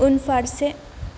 उनफारसे